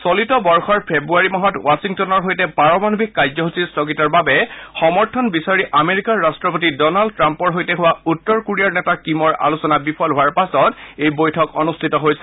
চলিত বৰ্ষৰ ফেব্ৰুৱাৰী মাহত ৱাশ্বিংটন পাৰমাণৱিক কাৰ্য্যসূচী স্থগিতৰ বাবে সমৰ্থন বিচাৰি আমেৰিকাৰ ৰাট্টপতি ড'নাল্ড টাম্পৰ সৈতে হোৱা উত্তৰ কোৰিয়াৰ নেতা কিমৰ আলোচনা বিফল হোৱাৰ পাছত এই বৈঠক অনুষ্ঠিত হৈছে